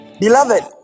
Beloved